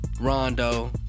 Rondo